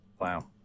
Wow